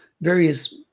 various